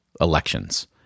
Elections